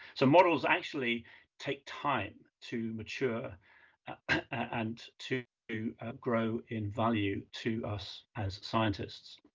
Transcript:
so models actually take time to mature and to grow in value to us as scientists.